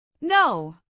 No